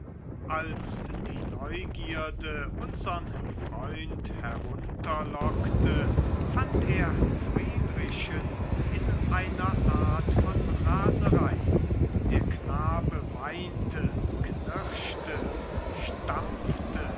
als die neugierde unsern freund herunterlockte fand er friedrichen in einer art von raserei der knabe weinte knirschte stampfte